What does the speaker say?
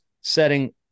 setting